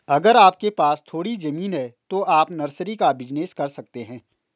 अगर आपके पास थोड़ी ज़मीन है तो आप नर्सरी का बिज़नेस कर सकते है